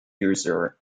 user